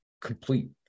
complete